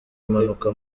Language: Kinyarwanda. impanuka